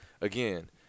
again